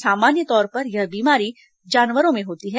सामान्य तौर पर यह बीमारी जानवरों में होती है